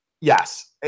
yes